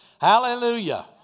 Hallelujah